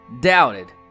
doubted